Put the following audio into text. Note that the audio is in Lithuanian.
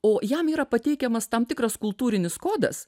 o jam yra pateikiamas tam tikras kultūrinis kodas